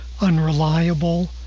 unreliable